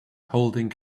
holding